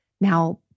now